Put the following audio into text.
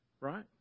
right